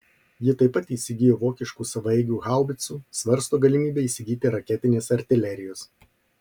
ji taip pat įsigijo vokiškų savaeigių haubicų svarsto galimybę įsigyti raketinės artilerijos